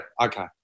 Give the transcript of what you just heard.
okay